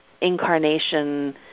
incarnation